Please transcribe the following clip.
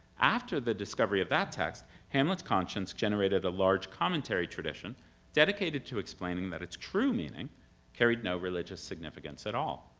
after the discovery of that text, hamlet's conscience generated a large commentary tradition dedicated to explaining that its true meaning carried no religious significance at all.